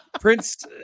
Prince